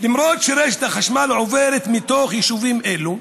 אף שרשת החשמל עוברת בתוך יישובים אלו,